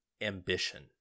ambition